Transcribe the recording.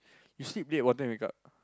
you sleep late what time wake up